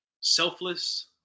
selfless